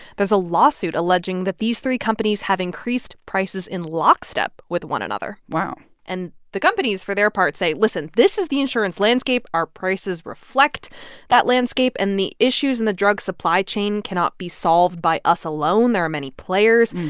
there's a lawsuit alleging that these three companies have increased prices in lockstep with one another wow and the companies, for their part, say, listen. this is the insurance landscape. our prices reflect that landscape, and the issues in the drug supply chain cannot be solved by us alone. there are many players.